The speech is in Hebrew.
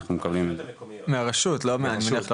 ואנחנו עובדים איתם